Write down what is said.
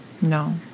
No